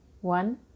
One